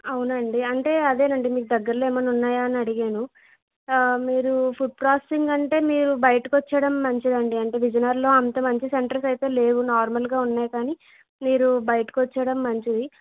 అవునా అండి అంటే అదేనండి మీకు దగ్గరలో ఏమైనా ఉన్నాయ అని అడిగాను మీరు ఫుడ్ ప్రాసెసింగ్ అంటే మీరు బయటికి వచ్చేయడం మంచిదండి అంటే విజయనగరంలో అంత మంచి సెంటర్స్ అయితే లేవు నార్మల్గా ఉన్నాయి కానీ మీరు బయటకి వచ్చేయడం మంచిది